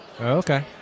Okay